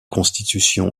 constitution